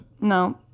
No